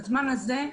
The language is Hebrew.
בזמן הזה,